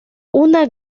una